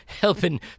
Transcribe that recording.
helping